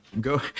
go